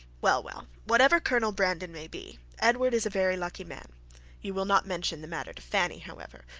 well, well whatever colonel brandon may be, edward is a very lucky man you will not mention the matter to fanny, however,